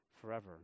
forever